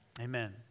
amen